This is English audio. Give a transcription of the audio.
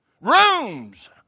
Rooms